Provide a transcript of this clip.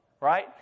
right